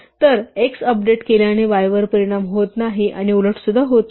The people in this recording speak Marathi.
तर x अपडेट केल्याने y वर परिणाम होत नाही आणि उलट सुद्धा होत नाही